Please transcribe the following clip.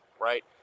right